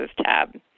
tab